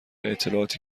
اطلاعاتی